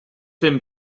been